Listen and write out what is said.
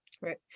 Right